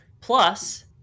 plus